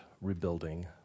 rebuilding